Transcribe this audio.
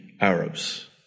Arabs